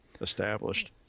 established